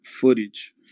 footage